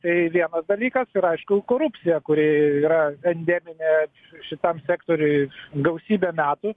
tai vėl dalykas ir aišku korupcija kuri yra endeminė šitam sektoriuj gausybę metų